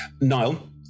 Niall